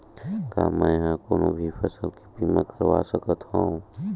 का मै ह कोनो भी फसल के बीमा करवा सकत हव?